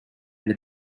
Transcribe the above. that